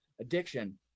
addiction